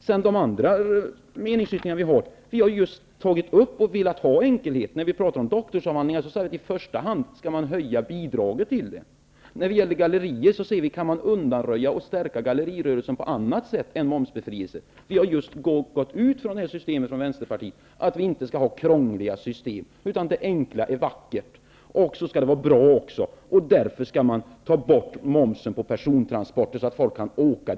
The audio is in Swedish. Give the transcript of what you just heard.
När det gäller vår meningsyttring i övrigt har vi velat åstadkomma enkelhet. När vi talar om doktorsavhandlingar anser vi i första hand att bidragen skall höjas. När det gäller gallerier anser vi att man kan undanröja och stärka gallerirörelsen på annat sätt än genom momsbefrielse. Vi i Vänsterpartiet anser att man inte skall ha krångliga system. Det är det enkla som är vackert, men det skall även vara bra. Därför skall man ta bort momsen på persontransporter så att människor kan åka.